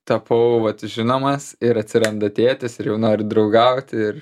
tapau vat žinomas ir atsiranda tėtis ir jau nori draugauti ir